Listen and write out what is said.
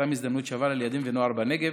מתן הזדמנות שווה לילדים ונוער בנגב